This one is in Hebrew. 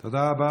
תודה רבה.